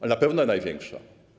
Ale na pewno największa.